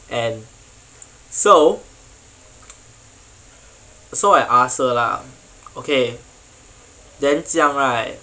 and so so I ask her lah okay then 这样 right